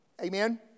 Amen